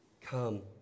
Come